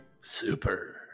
Super